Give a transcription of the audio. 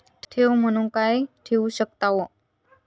ठेव म्हणून काय ठेवू शकताव?